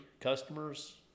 Customers